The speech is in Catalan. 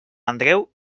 andreu